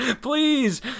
Please